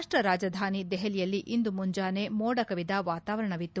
ರಾಷ್ಟ ರಾಜಧಾನಿ ದೆಹಲಿಯಲ್ಲಿ ಇಂದು ಮುಂಜಾನೆ ಮೋಡ ಕವಿದ ವಾತಾವರಣವಿತ್ತು